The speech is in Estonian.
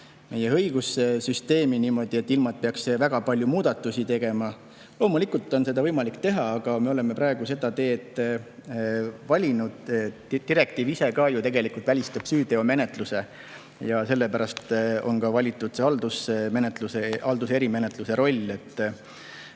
meie õigussüsteemi, ilma et peaks väga palju muudatusi tegema. Loomulikult on seda võimalik teha, aga me oleme praegu selle tee valinud. Direktiiv ise ka ju tegelikult välistab süüteomenetluse ja sellepärast on valitud see haldusmenetluse erikord.